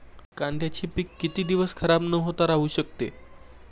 कांद्याचे पीक किती दिवस खराब न होता राहू शकते?